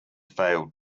failed